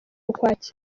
ukwakira